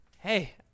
Hey